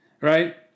right